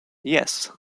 yes